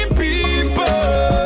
people